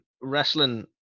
wrestling